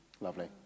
Lovely